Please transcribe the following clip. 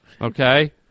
okay